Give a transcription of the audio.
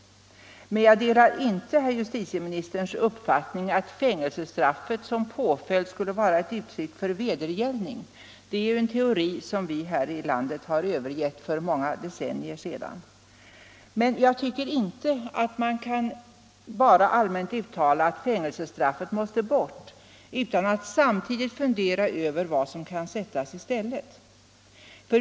Jag delar dock inte herr justitieministerns uppfattning att fängelsestraffet som påföljd skulle vara ett uttryck för vedergällning. Det är en teori som vi här i landet övergett för många decennier sedan. Jag tycker att man inte bara kan allmänt uttala att fängelsestraffet måste bort utan att samtidigt fundera över vad som kan sättas i stället.